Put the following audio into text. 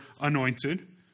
anointed